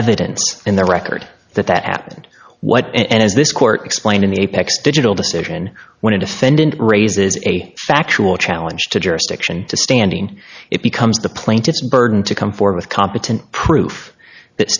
evidence in the record that that happened what and as this court explained in the apex digital decision when a defendant raises a factual challenge to jurisdiction to standing it becomes the plaintiff's burden to come for with competent proof that